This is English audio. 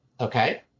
Okay